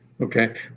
Okay